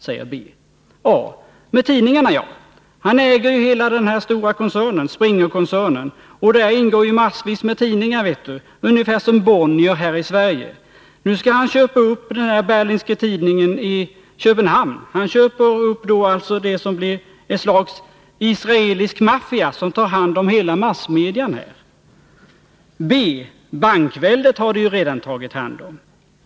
A: Med tidningarna ja. Han äger ju hela den här stora koncernen, Springerkoncernen, och där ingår ju massvis med tidningar vet du, ungefär som Bonnier här i Sverige. Nu skall han köpa upp den här Berlingske Tidningen i Köpenhamn. Han köper upp då alltså så det blir som ett slags israelisk maffia som tar hand om hela massmedian här. B: Bankväldet har de ju redan tagit hand om.